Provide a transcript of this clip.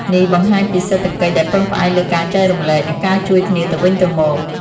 នេះបង្ហាញពីសេដ្ឋកិច្ចដែលពឹងផ្អែកលើការចែករំលែក និងការជួយគ្នាទៅវិញទៅមក។